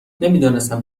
نمیدانستم